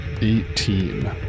Eighteen